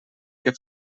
que